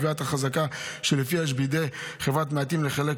קביעת החזקה שלפיה יש בידי חברת מעטים לחלק